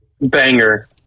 Banger